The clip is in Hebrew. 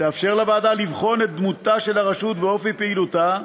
תאפשר לוועדה לבחון את דמותה של הרשות ואת אופי פעילותה,